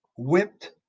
whipped